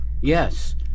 Yes